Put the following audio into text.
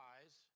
eyes